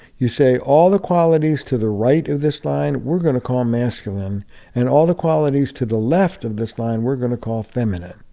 you say, all the qualities to the right of this line we're going to call masculine and all the qualities to the left of this line we're going to call feminine.